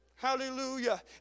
Hallelujah